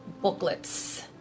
booklets